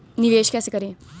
निवेश कैसे करें?